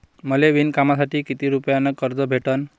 मले विणकामासाठी किती रुपयानं कर्ज भेटन?